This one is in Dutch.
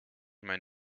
mijn